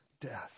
death